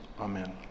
amen